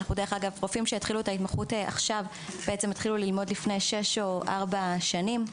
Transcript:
רופאים שהתחילו את ההתמחות שלהם עכשיו התחילו ללמוד לפני 6-4 שנים.